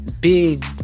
big